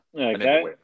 Okay